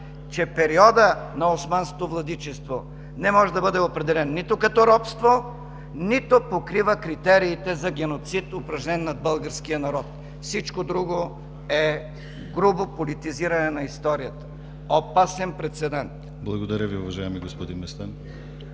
че периодът на османското владичество не може да бъде определен нито като робство, нито покрива критериите за геноцид, упражнен над българския народ. Всичко друго е грубо политизиране на историята – опасен прецедент! ПРЕДСЕДАТЕЛ ДИМИТЪР ГЛАВЧЕВ: Благодаря, уважаеми господин Местан.